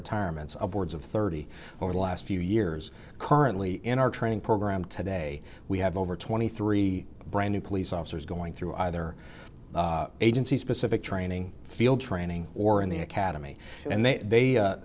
retirements upwards of thirty over the last few years currently in our training program today we have over twenty three brand new police officers going through either agency specific training field training or in the academy and they